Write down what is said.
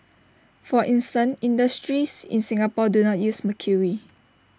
for instance industries in Singapore do not use mercury